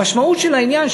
המשמעות של העניין,